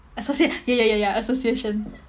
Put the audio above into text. associa~ ya ya ya ya association